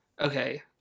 okay